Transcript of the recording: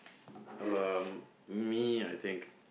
um me I think